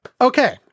Okay